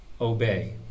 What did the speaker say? Obey